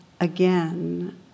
again